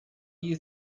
you